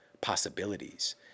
possibilities